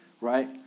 right